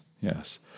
Yes